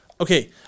Okay